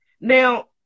now